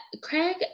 Craig